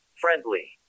Friendly